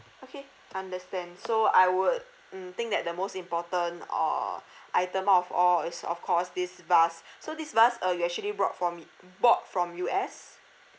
okay understand so I would mm think that the most important uh item out of all is of course this vase so this vase uh you actually brought from it bought from U_S